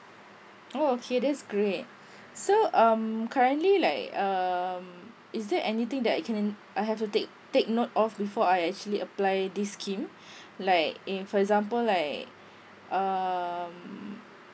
oh okay that's great so um currently like um is there anything that I can I have to take take note of before I actually apply this scheme like in for example like um